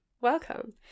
Welcome